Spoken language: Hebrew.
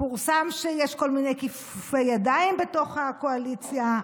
פורסם שיש כל מיני כיפופי ידיים בתוך הקואליציה.